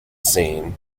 seen